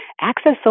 access